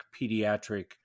pediatric